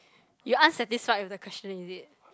you unsatisfied with the question is it